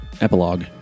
Epilogue